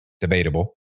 Debatable